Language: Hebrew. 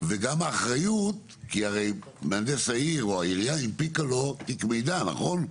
וגם האחריות כי מהנדס העיר או העירייה הנפיקה לו תיק מידע נכון?